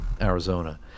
Arizona